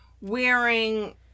wearing